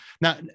Now